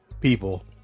people